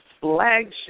flagship